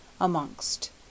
amongst